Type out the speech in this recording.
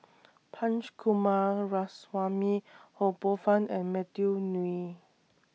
Punch Coomaraswamy Ho Poh Fun and Matthew Ngui